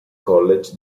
college